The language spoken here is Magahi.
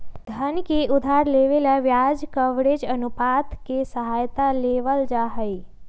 धन के उधार देवे ला ब्याज कवरेज अनुपात के सहारा लेवल जाहई